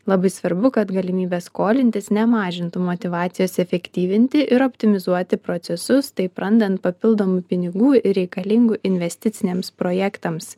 labai svarbu kad galimybė skolintis nemažintų motyvacijos efektyvinti ir optimizuoti procesus taip randant papildomų pinigų reikalingų investiciniams projektams